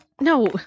no